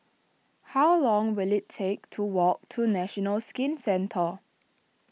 how long will it take to walk to National Skin Centre